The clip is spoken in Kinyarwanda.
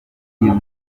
iyo